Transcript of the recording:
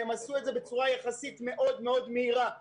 והם עשו את זה בצורה מאוד מהירה יחסית.